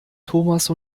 thomas